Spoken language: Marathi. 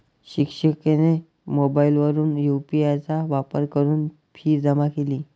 शिक्षिकेने मोबाईलवरून यू.पी.आय चा वापर करून फी जमा केली